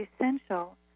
essential